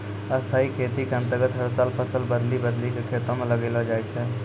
स्थाई खेती के अन्तर्गत हर साल फसल बदली बदली कॅ खेतों म लगैलो जाय छै